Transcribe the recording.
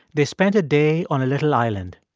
they spent a day on a little island.